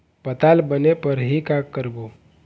पताल बने फरही का करबो?